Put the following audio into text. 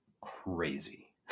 crazy